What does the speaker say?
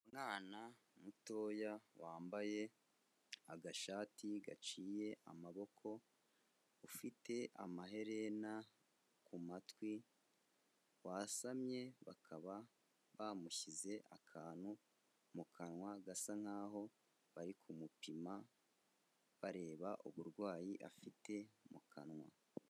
Umwana mutoya wambaye agashati gaciye amaboko ufite amaherena ku matwi wasamye bakaba bamushyize akantu mu kanwa gasa nkaho bari kumupima bareba uburwayi afite mu kanwa.